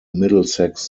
middlesex